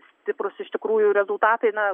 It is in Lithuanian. stiprūs iš tikrųjų rezultatai na